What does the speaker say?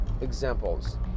examples